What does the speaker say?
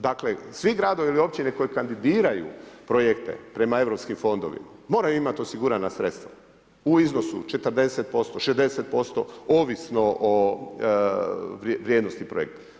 Dakle svi gradovi ili općine koji kandidiraju projekte prema europskim fondovima moraju imati osigurana sredstva u iznosu 40%, 60% ovisno o vrijednosti projekta.